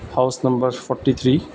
house number forty three